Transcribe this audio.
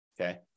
Okay